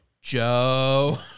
Joe